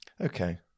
Okay